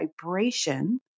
vibration